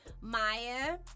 Maya